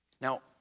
Now